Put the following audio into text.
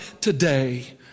today